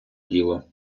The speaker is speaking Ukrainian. діло